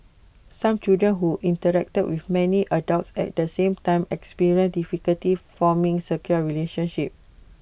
some children who interact with many adults at the same time experience difficulties forming secure relationships